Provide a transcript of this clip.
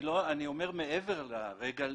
אני מדבר מעבר למחיר.